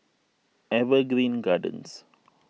Evergreen Gardens